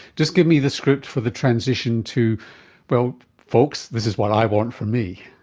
just give me the script for the transition to well folks, this is what i want for me.